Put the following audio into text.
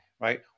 right